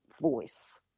voice